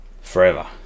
forever